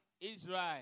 Israel